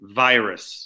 virus